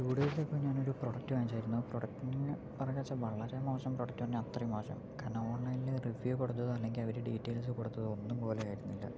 to days ago ഞാനൊരു product വാങ്ങിച്ചായിരുന്നു ആ പ്രോഡക്റ്റ് എന്ന് പറഞ്ഞുവെച്ചാൽ വളരെ മോശം പ്രോഡക്റ്റെന്ന് അത്രയും മോശം കാരണം ഓൺലൈനിൽ റിവ്യൂ കൊടുത്തതോ അല്ലെങ്കിൽ അവര് ഡീറ്റെയിൽസ് കൊടുത്തതോ ഒന്നും പോലെ ആയിരുന്നില്ല